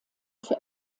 für